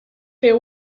fer